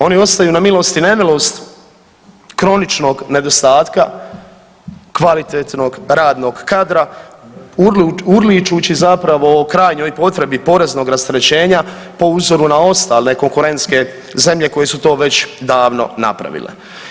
Oni ostaju na milost i nemilost kroničnog nedostatka kvalitetnog radnog kadra urličući zapravo o krajnjoj potrebi poreznog rasterećenja po uzoru na ostale konkurentske zemlje koje su to već davno napravile.